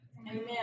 Amen